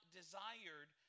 desired